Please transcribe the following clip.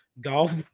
golf